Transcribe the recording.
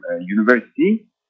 university